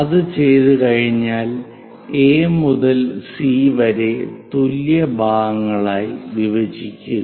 അത് ചെയ്തുകഴിഞ്ഞാൽ എ മുതൽ സി വരെ തുല്യ ഭാഗങ്ങളായി വിഭജിക്കുക